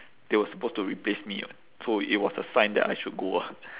they were supposed to replace me [what] so it was a sign that I should go ah